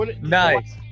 Nice